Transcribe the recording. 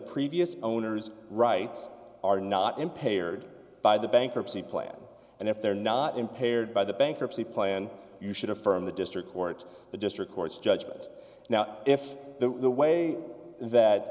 previous owner's rights are not impaired by the bankruptcy plan and if they're not impaired by the bankruptcy plan you should affirm the district court the district court's judgment now if the way that